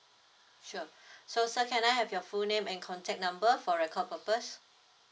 sure so sir can I have your full name and contact number for record purpose